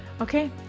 Okay